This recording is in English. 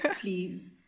please